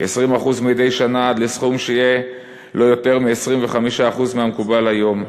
כ-20% מדי שנה עד לסכום שיהיה לא יותר מ-25% מהמקובל היום.